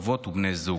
אבות ובני זוג.